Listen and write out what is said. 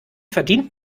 verdient